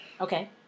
Okay